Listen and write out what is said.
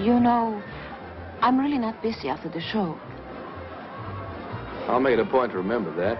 you know i'm really not this year after the show i made a point to remember that